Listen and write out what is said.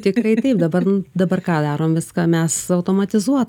tikrai taip dabar dabar ką darom viską mes automatizuo